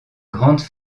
grandes